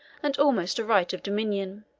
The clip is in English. and almost a right of dominion.